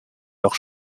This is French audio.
leurs